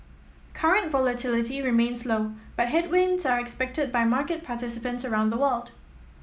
current volatility remains low but headwinds are expected by market participants around the world